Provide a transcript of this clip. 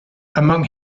among